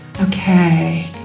Okay